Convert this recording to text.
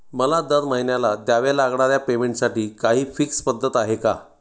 मला दरमहिन्याला द्यावे लागणाऱ्या पेमेंटसाठी काही फिक्स पद्धत आहे का?